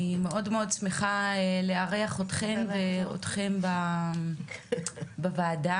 אני מאוד שמחה לארח אתכן ואתכם בוועדה,